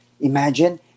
Imagine